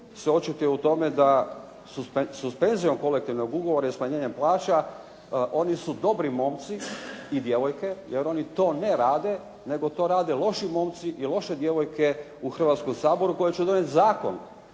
se očituje u tome da suspenzijom kolektivnog ugovora i smanjenjem plaća oni su dobri momci i djevojke jer oni to ne rade, nego to rade loši momci i loše djevojke u Hrvatskom saboru koje će donijeti zakon